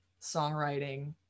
songwriting